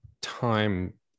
time